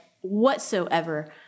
whatsoever